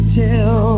tell